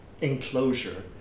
enclosure